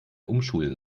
umschulen